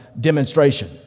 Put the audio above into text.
demonstration